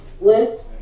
list